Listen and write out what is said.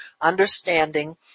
understanding